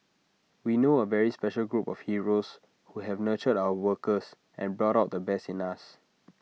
we know A very special group of heroes who have nurtured our workers and brought out the best in us